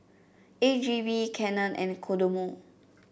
A G V Canon and Kodomo